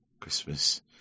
Christmas